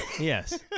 Yes